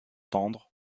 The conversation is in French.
tendre